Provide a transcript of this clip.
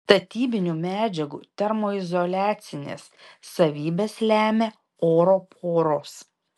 statybinių medžiagų termoizoliacines savybes lemia oro poros